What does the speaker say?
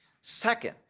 Second